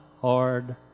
hard